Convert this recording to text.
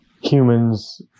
humans